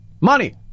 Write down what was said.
Money